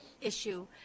issue